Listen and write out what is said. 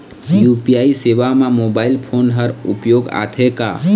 UPI सेवा म mobile phone हर उपयोग आथे का?